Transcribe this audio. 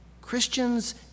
Christians